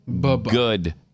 Good